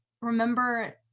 remember